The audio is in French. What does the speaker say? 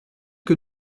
que